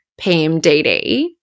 PMDD